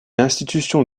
institutions